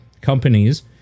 companies